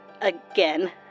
Again